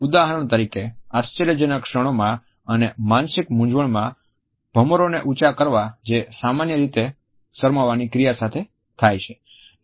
ઉદાહરણ તરીકે આશ્ચર્યજનક ક્ષણોમાં અને માનસિક મૂંઝવણમાં ભમરોને ઉચ્ચા કરવા જે સામાન્ય રીતે શરમાવાની ક્રિયા સાથે થાય છે